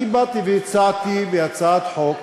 באתי והצעתי הצעת חוק.